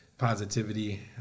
positivity